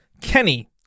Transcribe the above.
Kenny